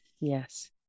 Yes